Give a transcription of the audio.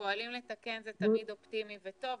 הפועלים לתקן זה תמיד אופטימי וטוב,